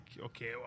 okay